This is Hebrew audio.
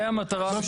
זה המטרה המשותפת.